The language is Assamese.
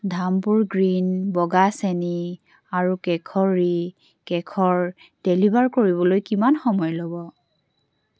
ধামপুৰ গ্ৰীণ বগা চেনি আৰু কেশৰী কেশৰ ডেলিভাৰ কৰিবলৈ কিমান সময় ল'ব